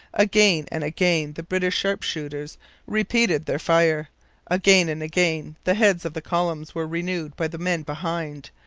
again and again the british sharpshooters repeated their fire again and again the heads of the columns were renewed by the men behind,